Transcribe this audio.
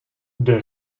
der